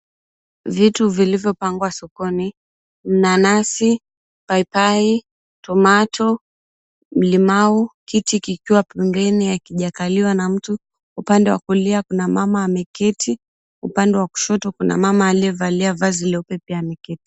Vitu vilivyopangwa sokoni nanasi, paipai, tomato , mlimau, kiti kikiwa pembeni hakijakaliwa na mtu upande wa kulia kuna mama ameketi. Upande wa kushoto kuna mama aliyevalia vazi leupe pia ameketi.